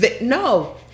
no